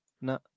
No